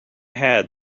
had